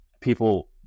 people